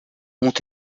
ont